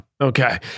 Okay